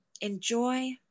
Enjoy